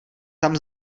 tam